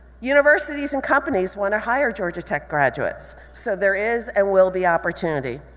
universities and companies wanna hire georgia tech graduates, so there is and will be opportunity.